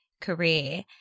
career